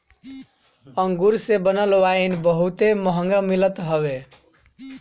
अंगूर से बनल वाइन बहुते महंग मिलत हवे